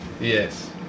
Yes